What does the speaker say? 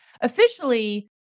officially